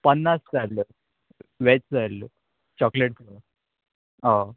पन्नास जाय आल्ह्यो वॅज जाय आसल्यो चॉकलेट हय